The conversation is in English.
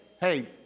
hey